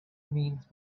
means